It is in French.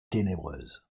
ténébreuse